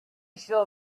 shall